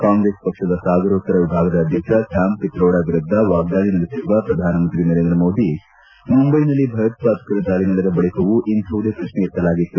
ಕಾಂಗ್ರೆಸ್ ಪಕ್ಷದ ಸಾಗರೋತ್ತರ ವಿಭಾಗದ ಅಧ್ಯಕ್ಷ ಸ್ಥಾಮ್ ಪಿತ್ರೋಡಾ ವಿರುದ್ದ ವಾಗ್ದಾಳಿ ನಡೆಸಿರುವ ಪ್ರಧಾನ ಮಂತ್ರಿ ನರೇಂದ್ರ ಮೋದಿ ಮುಂಬೈನಲ್ಲಿ ಭಯೋತ್ಪಾದಕರ ದಾಳಿ ನಡೆದ ಬಳಿವೂ ಇಂಥಹದೇ ಪ್ರಕ್ನೆ ಎತ್ತಲಾಗಿತ್ತು